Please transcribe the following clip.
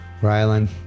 rylan